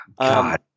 God